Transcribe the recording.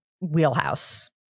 wheelhouse